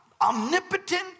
omnipotent